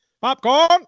Popcorn